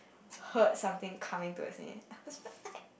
heard something coming towards me